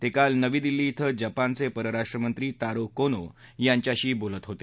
ते काल नवी दिल्ली इथं जपानचे परराष्ट्रमंत्री तारो कोनो यांच्याशी बोलत होते